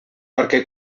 perquè